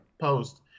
post